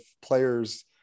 players